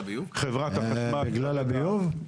בגלל הביוב?